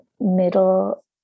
middle